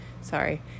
Sorry